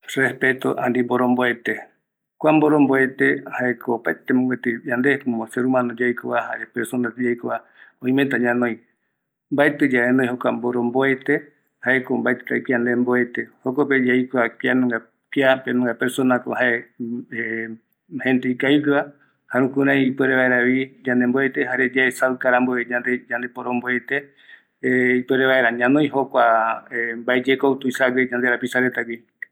Mboromboete ndie ko ikavi ñoi yaiko yaguata esa mbaeti ye yande yaporomboete mbaetivi kia yandeporomboete, jaeramoko kua iyipiüe yaporomboetata jaye ikavita yaiko